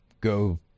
go